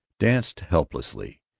danced helplessly.